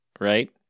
Right